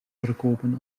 verkopen